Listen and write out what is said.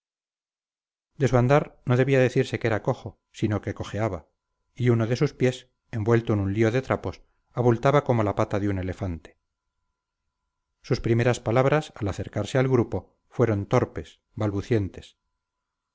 andar no debía decirse que era cojo sino que cojeaba y uno de sus pies envuelto en un lío de trapos abultaba como la pata de un elefante sus primeras palabras al acercarse al grupo fueron torpes balbucientes